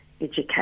education